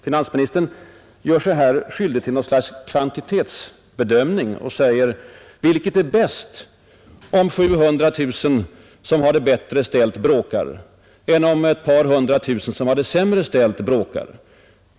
Finansministern gör sig skyldig till någon sorts kvantitetsbedömning då han ställer ungefär följande fråga: Vilket är bäst, om 700 000 som har det bättre ställt bråkar eller om ett par hundra tusen som har det sämre ställt bråkar?